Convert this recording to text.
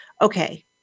okay